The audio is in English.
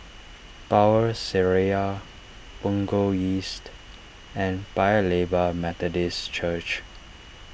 Power Seraya Punggol East and Paya Lebar Methodist Church